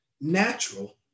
Natural